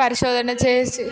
పరిశోధన చేసి